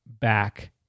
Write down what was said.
back